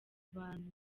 abantu